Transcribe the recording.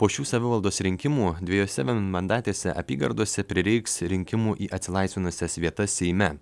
po šių savivaldos rinkimų dviejose vienmandatėse apygardose prireiks rinkimų į atsilaisvinusias vietas seime